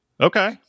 okay